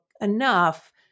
enough